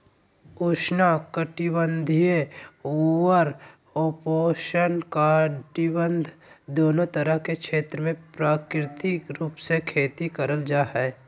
उष्ण कटिबंधीय अउर उपोष्णकटिबंध दोनो तरह के क्षेत्र मे प्राकृतिक रूप से खेती करल जा हई